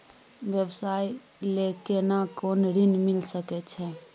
व्यवसाय ले केना कोन ऋन मिल सके छै?